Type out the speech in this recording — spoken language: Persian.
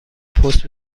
پست